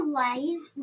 lives